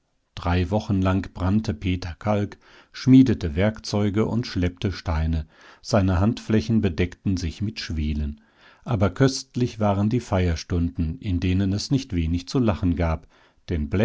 drei wochen lang brannte peter kalk schmiedete werkzeuge und schleppte steine seine handflächen bedeckten sich mit schwielen aber köstlich waren die feierstunden in denen es nicht wenig zu lachen gab denn